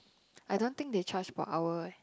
I don't think they charge per hour eh